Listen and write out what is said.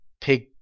Pig